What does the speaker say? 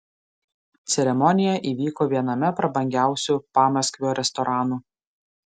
ceremonija įvyko viename prabangiausių pamaskvio restoranų